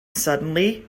suddenly